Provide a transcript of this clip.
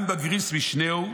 גם בגריס, משנהו,